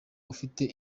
ufite